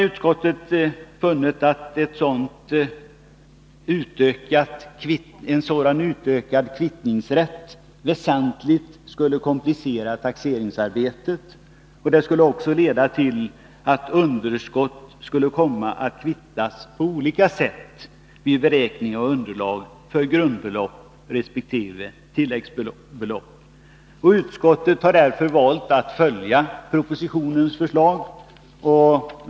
Utskottet har funnit att en sådan utökad kvittningsrätt väsentligt skulle komvpiicera taxeringsarbetet och leda till att underskott skulle komma att kvittas på olika sätt vid beräkning av underlag för grundbelopp resp. tilläggsbelopp. Utskottet har därför valt att följa propositionens förslag.